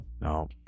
No